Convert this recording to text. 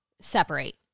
separate